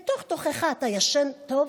בתוך-תוכך אתה ישן טוב?